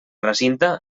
recinte